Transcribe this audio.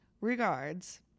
Regards